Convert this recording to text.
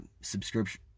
subscription